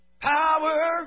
Power